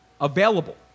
available